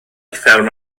ffermwr